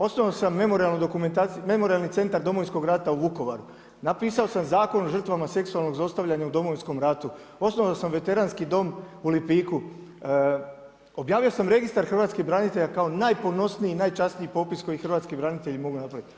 Osnuo sam Memorijalni centar Domovinskog rata u Vukovaru, napisao sam Zakon o žrtvama seksualnog zlostavljanja u Domovinskom ratu, osnovao sam veteranski dom u Lipiku, objavio sam registar hrvatskih branitelja kao najponosniji i najčasniji popis koji hrvatski branitelji mogu napraviti.